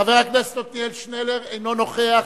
חבר הכנסת עתניאל שנלר, אינו נוכח.